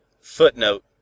Footnote